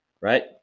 right